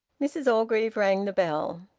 mrs orgreave rang the bell.